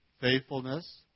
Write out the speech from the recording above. faithfulness